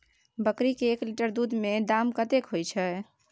बकरी के एक लीटर दूध के दाम कतेक होय छै?